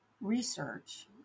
research